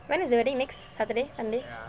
when is the wedding next saturday sunday